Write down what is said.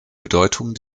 bedeutung